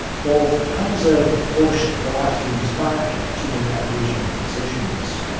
fourth panzer pushed the latvians back to their original positions.